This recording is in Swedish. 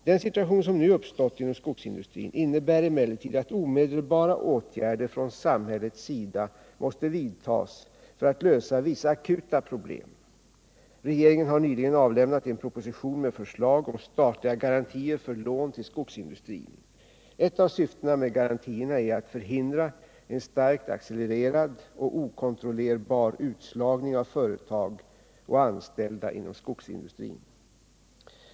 Den situation som nu uppstått inom skogsindustrin innebär emellertid att omedelbara åtgärder från samhällets sida måste vidtas för att lösa vissa akuta problem. Regeringen har nyligen avlämnat en proposition med förslag om statliga garantier för lån till skogsindustrin. Ett av syftena med garantierna är att förhindra en starkt accelererad och okontrollerbar utslagning av företag och anställda inom skogsindustrin.